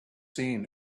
seen